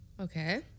Okay